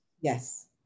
yes